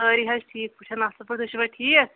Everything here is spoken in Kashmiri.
سٲری حظ ٹھیک پٲٹھۍ اصٕل پٲٹھ تُہۍ چھُوا ٹھیک